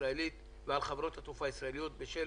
הישראלית ועל חברות התעופה הישראליות בשל